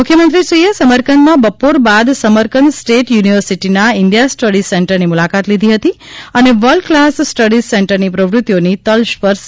મુખ્યમંત્રીશ્રીએ સમરકંદમાં બપોર બાદ સમરકંદ સ્ટેટ યુનિવર્સિટીના ઇન્ડિયા સ્ટડી સેન્ટરની મૂલાકાત લીધી હતી અને વર્લ્ડ ક્લાસ સ્ટડીઝ સેન્ટરની પ્રવૃત્તિઓની તલસ્પર્શી વિગતો મેળવી હતી